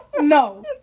No